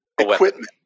equipment